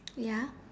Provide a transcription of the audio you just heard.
ya